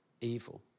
evil